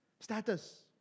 Status